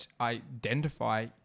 identify